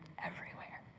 everywhere.